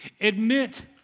Admit